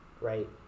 right